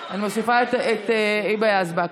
אני מוסיפה את היבה יזבק.